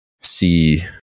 see